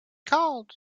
called